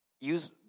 Use